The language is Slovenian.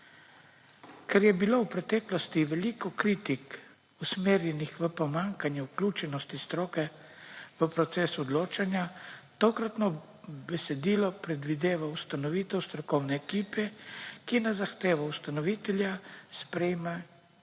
Ker je bilo v preteklosti veliko kritik usmerjenih v pomanjkanje vključenosti stroke v proces odločanja, tokratno besedilo predvideva ustanovitev strokovne ekipe, ki na zahtevo ustanovitelja sprejme